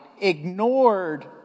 ignored